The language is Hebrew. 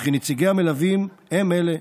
וכי נציגי המלווים הם אלה,